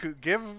give